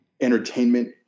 entertainment